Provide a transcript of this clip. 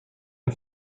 ein